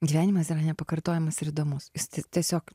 gyvenimas yra nepakartojamas ir įdomus jis tiesiog